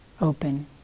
open